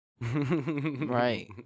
Right